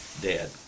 dead